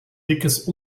dickes